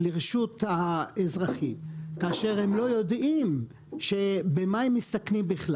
לרשות האזרחים כאשר הם לא יודעים במה הם מסתכנים.